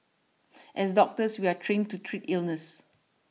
as doctors we are trained to treat illness